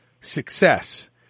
success